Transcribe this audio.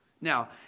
Now